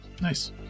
Nice